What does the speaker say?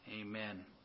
amen